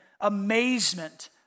amazement